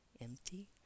empty